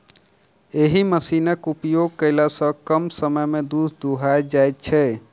एहि मशीनक उपयोग कयला सॅ कम समय मे दूध दूहा जाइत छै